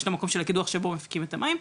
יש את המקום של הקידוח שבו מפיקים את המים,